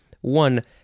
One